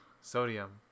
Sodium